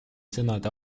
sõnade